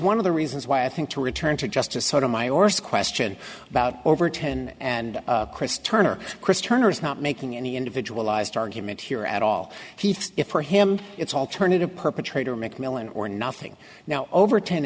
one of the reasons why i think to return to just a sort of my oars question about over ten and chris turner chris turner is not making any individual ised argument here at all for him it's alternative perpetrator mcmillan or nothing now over ten